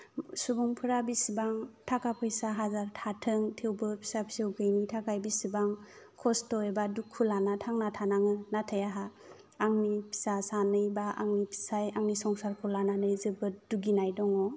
सुबुंफोरा बिसिबां थाखा फैसा हाजार थाथों थेवबो फिसा फिसौ गैयिनि थाखाय बिसिबां खस्थ' एबा दुखु लाना थांना थानाङो नाथाय आंहा आंनि फिसा सानै एबा आंनि फिसाय आंनि संसारखौ लानानै जोबोद दुगिनाय दङ